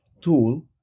tool